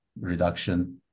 reduction